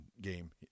game